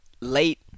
late –